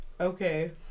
okay